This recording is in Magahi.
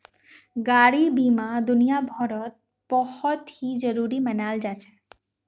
गाडी बीमा दुनियाभरत बहुत ही जरूरी मनाल जा छे